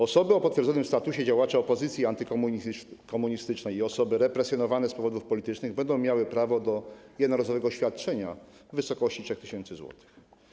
Osoby o potwierdzonym statusie działaczy opozycji antykomunistycznej i osób represjonowanych z powodów politycznych będą miały prawo do jednorazowego świadczenia w wysokości 3 tys. zł.